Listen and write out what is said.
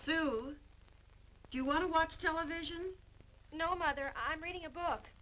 soon do you want to watch television no mother i'm reading a book